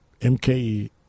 MKE